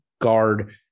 guard